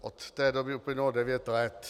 Od té doby uplynulo devět let.